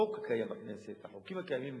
החוק הקיים בכנסת, החוקים הקיימים,